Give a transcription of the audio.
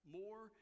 more